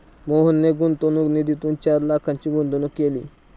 मोहनने गुंतवणूक निधीतून चार लाखांची गुंतवणूक केली